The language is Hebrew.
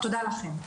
תודה לכם.